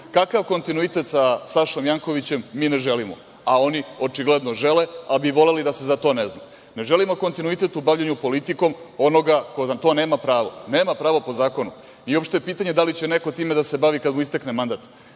kakav kontinuitet sa Sašom Jankovićem mi ne želimo, a oni očigledno žele ali bi voleli da se za to ne zna. Ne želimo kontinuitet u bavljenju politikom onoga ko na to nema pravo, nema pravo po zakonu. Nije uopšte pitanje da li će neko time da se bavi kada mu istekne mandat,